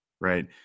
right